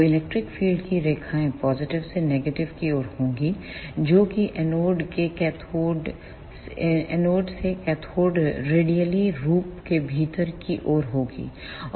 तो electric field की रेखाएं पॉजिटिव से नेगेटिव की ओर होंगी जो कि एनोड से कैथोड रेडियली रूप से भीतर की ओर होगी